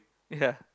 ya